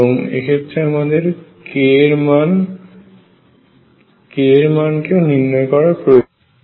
এবং এক্ষেত্রে আমাদের k এর মান কেউ নির্ণয় করা প্রয়োজন